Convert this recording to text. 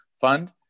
Fund